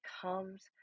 comes